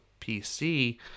PC